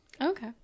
Okay